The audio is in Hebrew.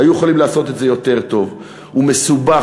היו יכולים לעשות את זה יותר טוב, הוא מסובך,